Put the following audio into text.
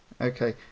Okay